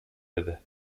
بده